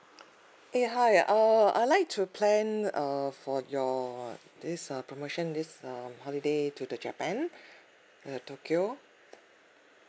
eh hi err I like to plan uh for your this uh promotion this um holiday to to japan uh tokyo